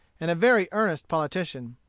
and a very earnest politician.